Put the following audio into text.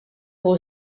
who